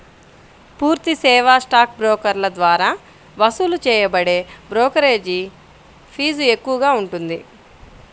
పూర్తి సేవా స్టాక్ బ్రోకర్ల ద్వారా వసూలు చేయబడే బ్రోకరేజీ ఫీజు ఎక్కువగా ఉంటుంది